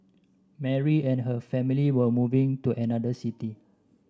Mary and her family were moving to another city